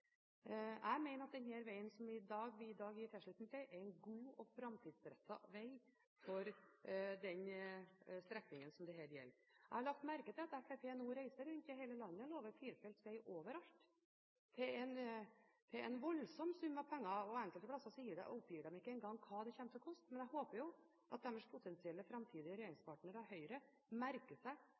Jeg mener at den vegen som vi i dag gir tilslutning til bygging av, er en god og framtidsrettet veg for den strekningen som det her gjelder. Jeg har lagt merke til at Fremskrittspartiet nå reiser rundt i hele landet og lover firefelts veg overalt til en voldsom sum av penger. Enkelte steder oppgir de ikke engang hva det kommer til å koste. Men jeg håper at deres potensielt framtidige regjeringspartner Høyre merker seg